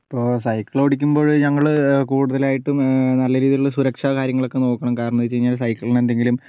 സൈക്കളോടിക്കുമ്പോഴ് ഞങ്ങള് കുടുതലായിട്ടും നല്ല രീതിയിലുള്ള സുരക്ഷാകാര്യങ്ങളൊക്കെ നോക്കണം കാരണം എന്ന് വെച്ച് കഴിഞ്ഞാൽ സൈക്കിളിനെന്തെങ്കിലും